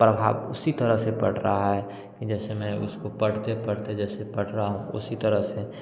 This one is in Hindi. प्रभाव उसी तरह से पड़ रहा है जैसे मैं उसको पढ़ते पढ़ते जैसे पढ़ रहा हूँ उसी तरह से